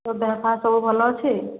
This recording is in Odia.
ତୋ ଦେହ ପା ସବୁ ଭଲ ଅଛି